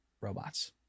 robots